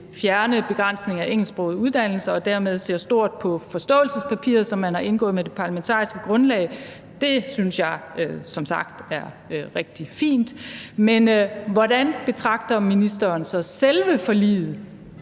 fjerne begrænsningerne af engelsksprogede uddannelser og dermed ser stort på aftalen i forståelsespapiret, som man har indgået med det parlamentariske grundlag. Det synes jeg som sagt er rigtig fint. Men hvordan betragter ministeren så selve forliget?